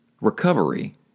recovery